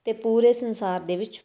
ਅਤੇ ਪੂਰੇ ਸੰਸਾਰ ਦੇ ਵਿੱਚ